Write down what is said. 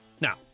Now